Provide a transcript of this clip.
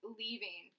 leaving